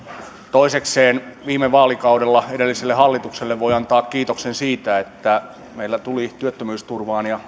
toisekseen viime vaalikauden osalta edelliselle hallitukselle voi antaa kiitoksen siitä että meillä tuli työttömyysturvaan ja